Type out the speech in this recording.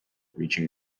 reaching